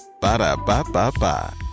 Ba-da-ba-ba-ba